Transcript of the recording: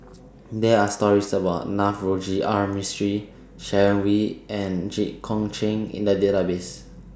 There Are stories about Navroji R Mistri Sharon Wee and Jit Koon Ch'ng in The Database